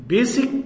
Basic